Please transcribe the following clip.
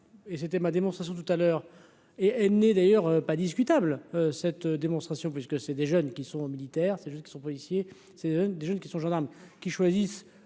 et c'était ma démonstration tout à l'heure, et elle n'est d'ailleurs pas discutable cette démonstration puisque c'est des jeunes qui sont aux militaire, c'est juste qu'ils sont policiers, c'est des jeunes qui sont gendarmes qui choisissent